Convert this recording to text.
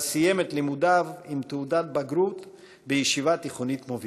אבל סיים את לימודיו עם תעודת בגרות בישיבה תיכונית מובילה.